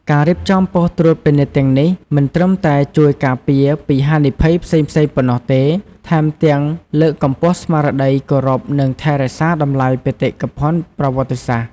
ការរៀបចំប៉ុស្តិ៍ត្រួតពិនិត្យទាំងនេះ មិនត្រឹមតែជួយការពារពីហានិភ័យផ្សេងៗប៉ុណ្ណោះទេ ថែមទាំងលើកកម្ពស់ស្មារតីគោរព និងថែរក្សាតម្លៃបេតិកភណ្ឌប្រវត្តិសាស្ត្រ។